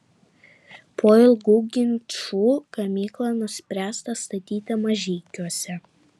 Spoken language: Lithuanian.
po ilgų ginčų gamyklą nuspręsta statyti mažeikiuose